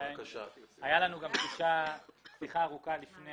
הייתה לנו שיחה ארוכה לפני